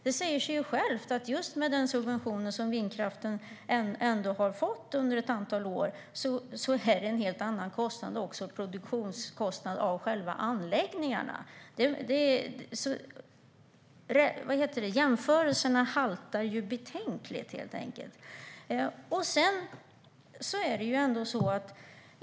Det säger sig själv att med den subvention som vindkraften har fått under ett antal år är det en helt annan kostnad, och det gäller även produktionskostnaden för själva anläggningarna. Jämförelsen haltar betänkligt, helt enkelt.